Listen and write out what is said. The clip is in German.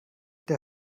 der